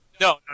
No